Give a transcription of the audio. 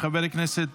של חברת הכנסת